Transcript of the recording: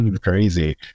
Crazy